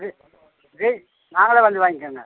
வீட் வீட் நாங்களே வந்து வாங்கிக்கிறோங்க